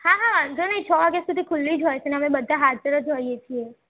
હા હા વાંધો નહીં છ વાગ્યા સુધી ખૂલ્લી જ હોય છે અને અમે બધા હાજર જ હોઇએ છીએ